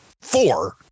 four